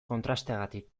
kontrasteagatik